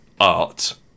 art